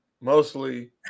mostly